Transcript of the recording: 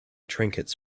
trinkets